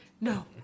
No